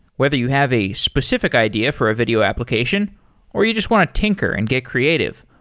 whether you have a specific idea for a video application or you just want to tinker and get creative,